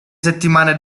settimane